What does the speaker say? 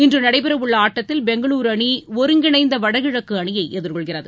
இன்று நடைபெறவுள்ள ஆட்டத்தில் பெங்களுரு அணி ஒருங்கிணைந்த வடகிழக்கு அணியை எதிர்கொள்கிறது